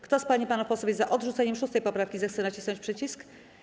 Kto z pań i panów posłów jest za odrzuceniem 6. poprawki, zechce nacisnąć przycisk.